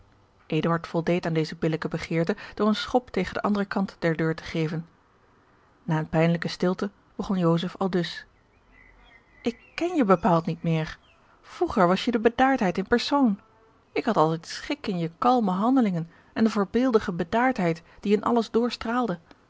voldeed aan deze billijke begeerte door een schop tegen den anderen kant der deur te geven na eene pijnlijke stilte begon joseph aldus ik ken je bepaald niet meer vroeger was je de bedaardheid in persoon ik had altijd schik in je kalme handelingen en de voorbeeldige bedaardheid die in alles